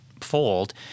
fold